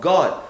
God